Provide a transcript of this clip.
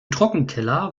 trockenkeller